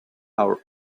our